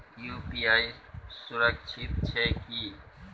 UPI सुरक्षित छै की?